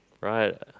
right